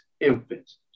infants